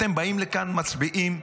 אתם באים לכאן, מצביעים,